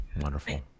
Wonderful